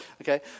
okay